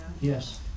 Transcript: Yes